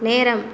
நேரம்